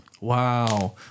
Wow